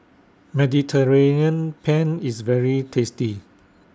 Mediterranean Penne IS very tasty